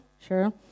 sure